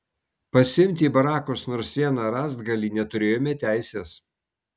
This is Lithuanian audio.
pasiimti į barakus nors vieną rąstgalį neturėjome teisės